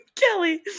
kelly